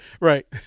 Right